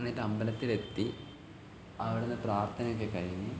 എന്നിട്ടമ്പലത്തിലെത്തി അവിടെ നിന്ന് പ്രാർത്ഥനയൊക്കെ കഴിഞ്ഞ്